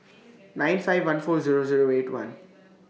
nine five one four Zero Zero eight one